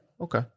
Okay